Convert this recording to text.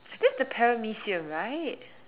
this is the paramesean right